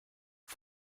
des